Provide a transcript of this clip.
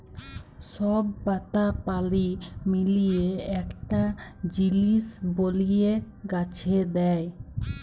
সব পাতা পালি মিলিয়ে একটা জিলিস বলিয়ে গাছে দেয়